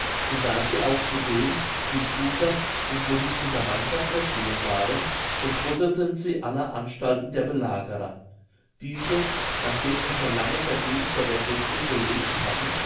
und da sie auch zudem mit guter und gerüsteter mannschaft versehen waren so spotteten sie aller anstalten der belagerer diese nachdem sie schon lange vergebens vor der festung gelegen hatten